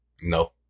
No